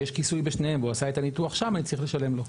כשיש כיסוי בשניהם והוא עשה את הניתוח שם אני צריך לשלם לו.